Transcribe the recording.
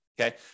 Okay